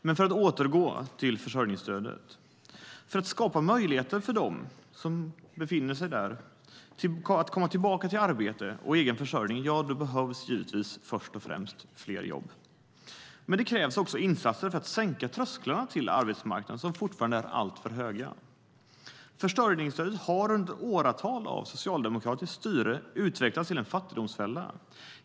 Men för att återgå till försörjningsstödet: För att skapa möjligheter för dem som befinner sig där att komma tillbaka till arbete och egen försörjning behövs givetvis först och främst fler jobb. Men det krävs också insatser för att sänka trösklarna till arbetsmarknaden, som fortfarande är alltför höga. Försörjningsstödet har under åratal av socialdemokratiskt styre utvecklats till en fattigdomsfälla.